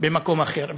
במקום אחר.